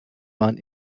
man